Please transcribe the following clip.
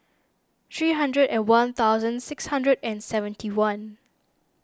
three hundred and one thousand six hundred and seventy one